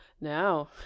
Now